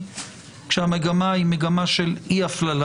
תתייחס למה שאתה מבקש להתייחס היום.